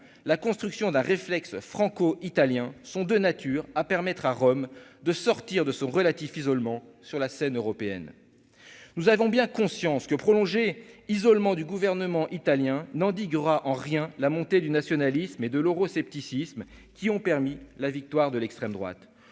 la construction d'un réflexe franco-italiens sont de nature à permettre à Rome de sortir de son relatif isolement sur la scène européenne, nous avons bien conscience que prolonger isolement du gouvernement italien Nandi aura en rien la montée du nationalisme et de l'euroscepticisme qui ont permis la victoire de l'extrême droite,